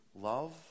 love